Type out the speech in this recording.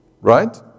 Right